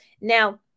now